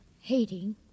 hating